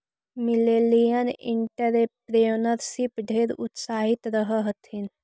millennial entrepreneur ढेर उत्साहित रह हथिन